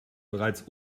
bereits